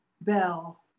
bell